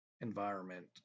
environment